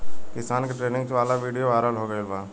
किसान के ट्रेनिंग वाला विडीओ वायरल हो गईल बा